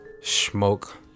Smoke